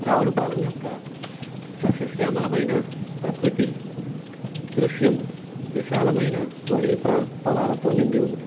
రావులపాలెం యొక్క సస్యశ్యామలమైన ప్రకృతి దృశ్యం విశాలమైన వరి ప్ర పొలాలతో నిండి ఉంది